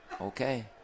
Okay